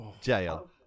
jail